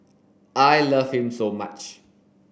I love him so much